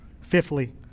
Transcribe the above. Fifthly